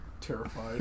Terrified